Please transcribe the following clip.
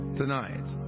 tonight